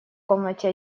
комнате